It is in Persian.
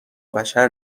بشر